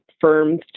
firms